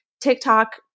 TikTok